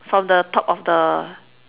from the top of the